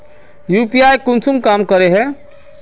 UPI कुंसम काम करे है?